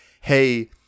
hey